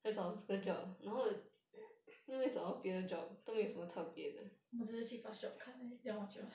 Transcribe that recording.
我只是去 fast jobs 看而已 then 我就